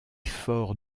fort